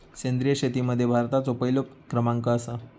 सेंद्रिय शेतीमध्ये भारताचो पहिलो क्रमांक आसा